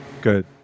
Good